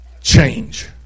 Change